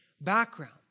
background